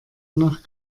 nach